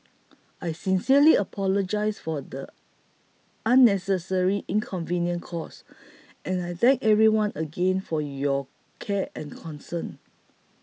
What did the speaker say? I sincerely apologise for the unnecessary inconveniences caused and I thank everyone again for your care and concern